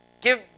Give